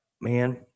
man